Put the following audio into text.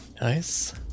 Nice